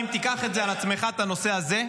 האם תיקח על עצמך את הנושא הזה,